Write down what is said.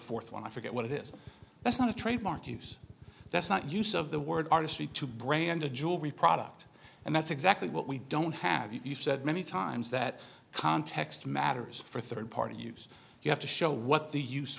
fourth one i forget what it is that's not a trademark use that's not use of the word artistry to brand a jewelry product and that's exactly what we don't have you've said many times that context matters for third party use you have to show what the use